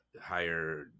higher